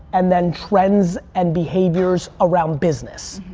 and then trends and behaviors around business.